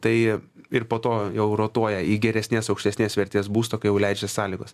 tai ir po to jau rotuoja į geresnės aukštesnės vertės būstą kai jau leidžia sąlygos